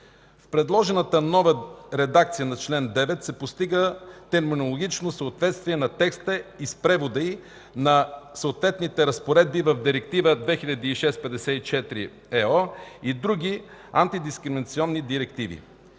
С предложената нова редакция на чл. 9 се постига терминологично съответствие на текста и с превода й на съответните разпоредби в Директива 2006/54/ЕО и други антидискриминационни директиви.